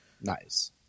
Nice